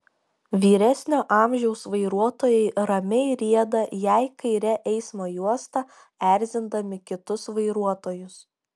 vyresnio amžiaus vairuotojai ramiai rieda jei kaire eismo juosta erzindami kitus vairuotojus